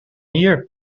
hier